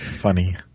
funny